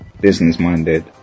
business-minded